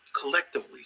collectively